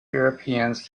europeans